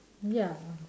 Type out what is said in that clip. ya